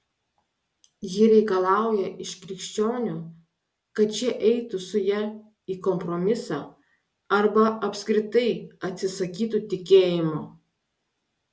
ji reikalauja iš krikščionių kad šie eitų su ja į kompromisą arba apskritai atsisakytų tikėjimo